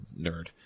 Nerd